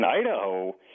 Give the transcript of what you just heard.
Idaho